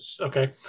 okay